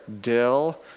dill